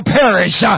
perish